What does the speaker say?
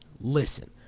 listen